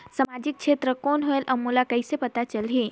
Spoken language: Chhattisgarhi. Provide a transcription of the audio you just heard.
समाजिक क्षेत्र कौन होएल? और मोला कइसे पता चलही?